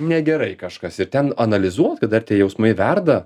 negerai kažkas ir ten analizuot kad dar tie jausmai verda